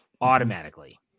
automatically